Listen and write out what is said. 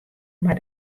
mar